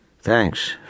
Thanks